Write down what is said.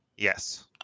Yes